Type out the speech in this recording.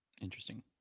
Interesting